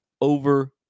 over